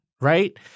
right